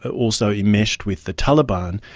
also enmeshed with the taliban,